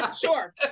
sure